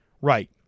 right